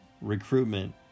recruitment